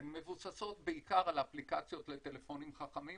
הן מבוססות בעיקר על האפליקציות לטלפונים חכמים,